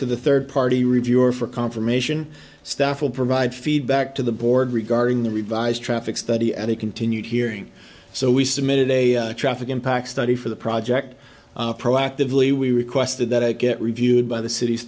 to the third party review or for confirmation staff will provide feedback to the board regarding the revised traffic study and he continued hearing so we submitted a traffic impact study for the project proactively we requested that i get reviewed by the city's